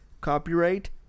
Copyright